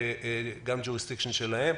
זה נושא שהוא גם תחת אחריותם.